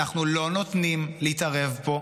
אנחנו לא נותנים להתערב פה,